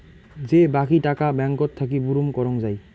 যে বাকী টাকা ব্যাঙ্কত থাকি বুরুম করং যাই